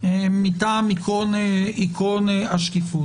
מטעם עיקרון השקיפות.